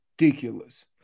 ridiculous